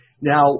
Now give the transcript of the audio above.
Now